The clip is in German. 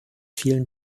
vielen